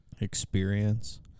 experience